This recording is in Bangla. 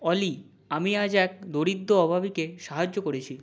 অলি আমি আজ এক দরিদ্র অভাবীকে সাহায্য করেছি